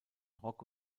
rock